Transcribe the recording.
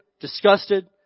disgusted